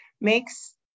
makes